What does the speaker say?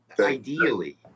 Ideally